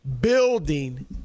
building